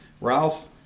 Ralph